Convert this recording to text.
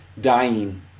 dying